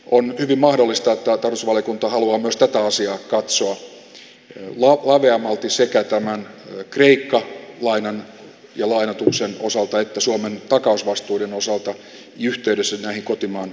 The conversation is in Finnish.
on hyvin mahdollista että tarkastusvaliokunta haluaa myös tätä asiaa katsoa laveammalti sekä tämän kreikka lainan ja lainoituksen osalta että suomen takausvastuiden osalta yhteydessä näihin kotimaan vastuisiin